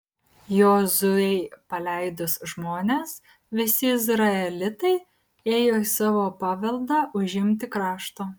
jozuei paleidus žmones visi izraelitai ėjo į savo paveldą užimti krašto